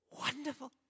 wonderful